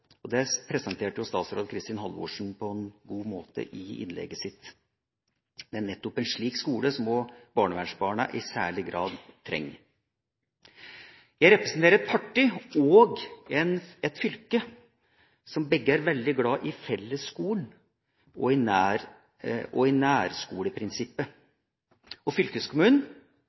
Det presenterte statsråd Kristin Halvorsen på en god måte i innlegget sitt. Det er nettopp en slik skole som barnevernsbarna i særlig grad trenger. Jeg representerer et parti og et fylke som begge er veldig glad i fellesskolen og i